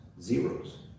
zeros